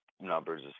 numbers